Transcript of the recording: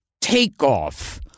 takeoff